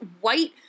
white